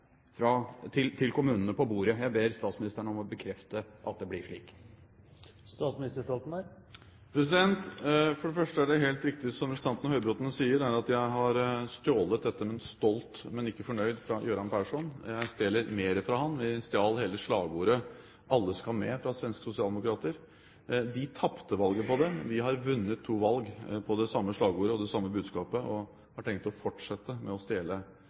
til kommunene på bordet. Jeg ber statsministeren om å bekrefte at det blir slik. For det første er det helt riktig som representanten Høybråten sier, at jeg har stjålet dette med stolt, men ikke fornøyd, fra Göran Persson. Jeg stjeler mer fra ham, vi stjal hele slagordet «Alle skal med» fra svenske sosialdemokrater. De tapte valget på det, vi har vunnet to valg på det samme slagordet og det samme budskapet og har tenkt å fortsette med å